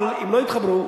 אבל אם לא יתחברו,